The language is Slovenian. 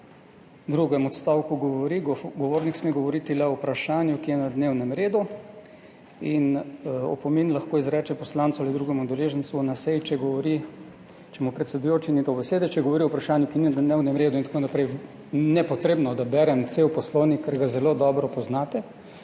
v drugem odstavku govori, da sme govornik govoriti le o vprašanju, ki je na dnevnem redu, in da se opomin lahko izreče poslancu ali drugemu udeležencu na seji, če mu predsedujoči ni dal besede, če govori o vprašanju, ki ni na dnevnem redu in tako naprej. Ni treba, da berem cel Poslovnik, ker ga zelo dobro poznate,